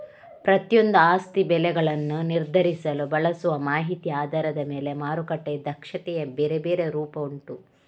ಪ್ರತಿಯೊಂದೂ ಆಸ್ತಿ ಬೆಲೆಗಳನ್ನ ನಿರ್ಧರಿಸಲು ಬಳಸುವ ಮಾಹಿತಿಯ ಆಧಾರದ ಮೇಲೆ ಮಾರುಕಟ್ಟೆಯ ದಕ್ಷತೆಯ ಬೇರೆ ಬೇರೆ ರೂಪ ಉಂಟು